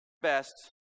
best